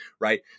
right